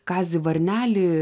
kazį varnelį